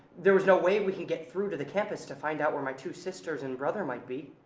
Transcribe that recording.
there was no way we can get through to the campus to find out where my two sisters and brother might be.